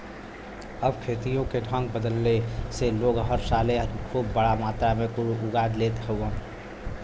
अब खेतियों के ढंग बदले से लोग हर साले खूब बड़ा मात्रा मे कुल उगा लेत हउवन